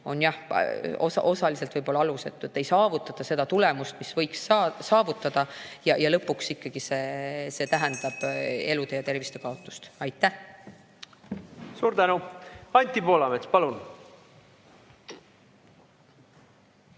on osaliselt võib-olla alusetu. Ei saavutata seda tulemust, mida võiks saavutada, ja lõpuks tähendab see ikkagi elu ja tervise kaotust. Aitäh! Suur tänu! Anti Poolamets, palun!